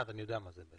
אני אדגים.